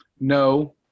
No